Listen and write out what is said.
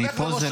הוא לא